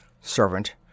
Servant